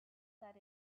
that